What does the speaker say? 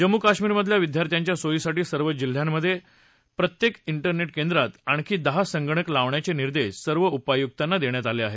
जम्मू कश्मीरमधल्या विद्यार्थ्यांच्या सोयीसाठी सर्व जिल्ह्यांमधल्या प्रत्येक डेरनेट केंद्रात आणखी दहा संगणक लावण्याचे निर्देश सर्व उपायुक्तांना देण्यात आले आहेत